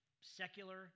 secular